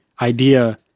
idea